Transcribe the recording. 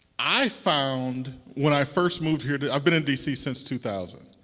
i found when i first moved here i've been in dc since two thousand.